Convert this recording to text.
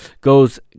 goes